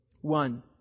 One